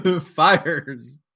Fires